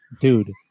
Dude